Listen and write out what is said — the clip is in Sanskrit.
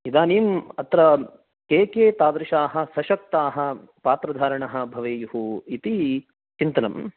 इदानीं अत्र के के तादृशाः सशस्ताः पात्रधारिणः भवेयुः इति चिन्तनं